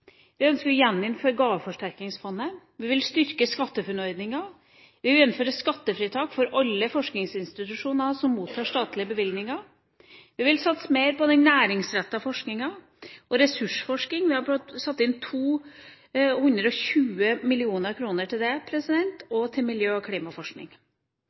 vi ønsker å gjeninnføre Gaveforsterkningsfondet, og vi vil styrke SkatteFUNN-ordninga. Vi vil innføre skattefritak for alle forskningsinstitusjoner som mottar statlige bevilgninger. Vi vil satse mer på den næringsrettede forskninga, og ressursforskning – vi har satt inn 220 mill. kr til det – og til miljø- og klimaforskning.